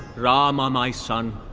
rama my son,